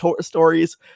stories